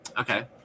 Okay